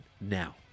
now